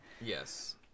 yes